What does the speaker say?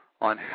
on